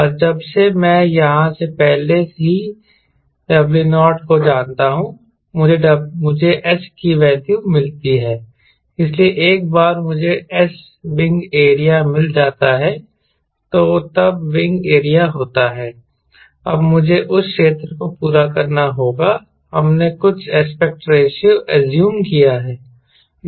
और जब से मैं यहां से पहले से ही W0 को जानता हूं मुझे S की वैल्यू मिलती है इसलिए एक बार मुझे S विंग एरिया मिल जाता है जो तब विंग एरिया होता है अब मुझे उस क्षेत्र को पूरा करना होगा हमने कुछ एस्पेक्ट रेशों एज्यूम किया है